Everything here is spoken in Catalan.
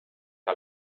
que